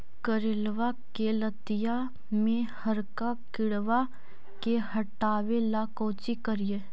करेलबा के लतिया में हरका किड़बा के हटाबेला कोची करिए?